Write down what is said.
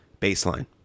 baseline